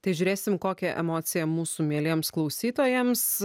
tai žiūrėsim kokią emociją mūsų mieliems klausytojams